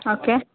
okay